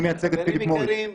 אני מייצג את "פיליפ מוריס".